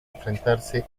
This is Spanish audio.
enfrentarse